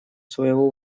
своего